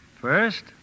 First